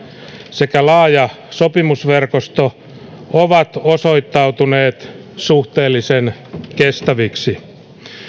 sekä laaja sopimusverkosto ovat osoittautuneet suhteellisen kestäviksi